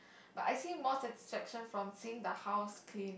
but I see more satisfaction from seeing the house clean